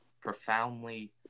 profoundly